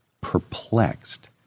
perplexed